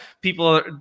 people